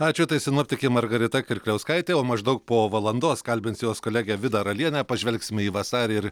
ačiū tai sinoptikė margarita kirkliauskaitė o maždaug po valandos kalbinsiu jos kolegę vidą ralienę pažvelgsime į vasarį ir